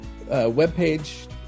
webpage